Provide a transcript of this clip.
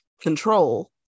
control